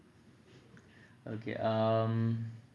okay um